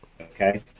okay